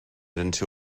into